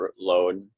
load